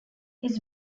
his